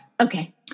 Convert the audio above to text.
Okay